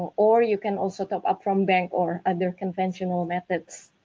or you can also top up from bank or other conventional methods.